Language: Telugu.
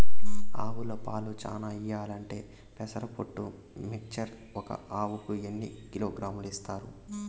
ఆవులు పాలు చానా ఇయ్యాలంటే పెసర పొట్టు మిక్చర్ ఒక ఆవుకు ఎన్ని కిలోగ్రామ్స్ ఇస్తారు?